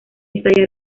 estallar